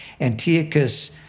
Antiochus